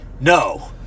no